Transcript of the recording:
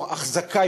או החזקה,